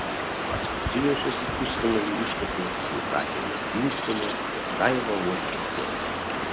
paskutiniosios į pusfinalį iškopė jūratė nedzinskienė ir daiva uosytė